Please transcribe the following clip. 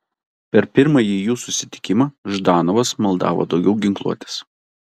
per pirmąjį jų susitikimą ždanovas maldavo daugiau ginkluotės